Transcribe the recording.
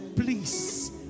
Please